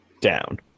down